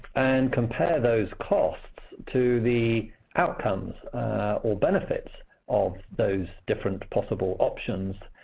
and compare those costs to the outcomes or benefits of those different possible options.